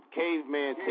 caveman